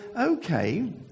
okay